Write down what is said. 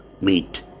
meet